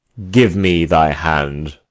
give me thy hand.